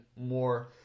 more